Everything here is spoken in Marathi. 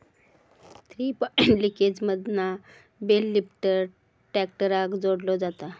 थ्री पॉइंट लिंकेजमधना बेल लिफ्टर ट्रॅक्टराक जोडलो जाता